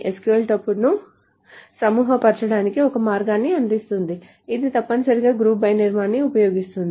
SQL tuples ను సమూహపరచడానికి ఒక మార్గాన్ని అందిస్తుంది ఇది తప్పనిసరిగా GROUP BY నిర్మాణాన్ని ఉపయోగిస్తుంది